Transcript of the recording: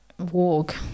walk